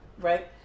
right